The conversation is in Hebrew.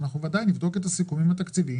אנחנו בוודאי נבדוק את הסיכומים התקציביים,